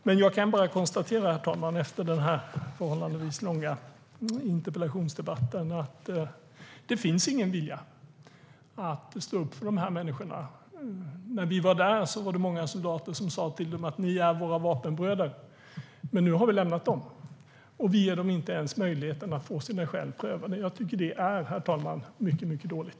Men jag kan bara konstatera efter den här förhållandevis långa interpellationsdebatten, herr talman, att det finns ingen vilja att stå upp för de här människorna. När vi var där var det många soldater som sa till dem: Ni är våra vapenbröder. Men nu har vi lämnat dem, och vi ger dem inte ens möjligheten att få sina skäl prövade. Jag tycker, herr talman, att det är mycket dåligt.